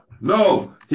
No